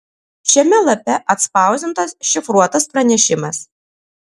šiame lape atspausdintas šifruotas pranešimas